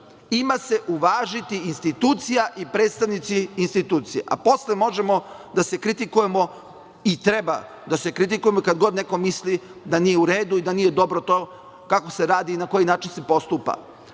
ima se uvažiti institucija i predstavnici institucija, a posle možemo da se kritikujemo i treba da se kritikujemo kad god neko misli da nije u redu i da nije dobro to kako se radi i na koji način se postupa.